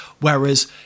Whereas